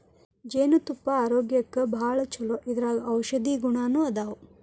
ಜೇನತುಪ್ಪಾ ಆರೋಗ್ಯಕ್ಕ ಭಾಳ ಚುಲೊ ಇದರಾಗ ಔಷದೇಯ ಗುಣಾನು ಅದಾವ